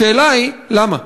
השאלה היא: למה?